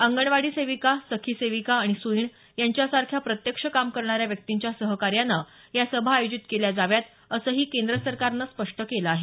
अंगणवाडी सेविका सखी सेविका आणि सुईण यांच्यासारख्या प्रत्यक्ष काम करणाऱ्या व्यक्तींच्या सहकार्यानं या सभा आयोजित केल्या जाव्यात असंही केंद्र सरकारनं स्पष्ट केलं आहे